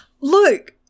Look